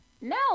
no